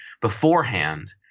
beforehand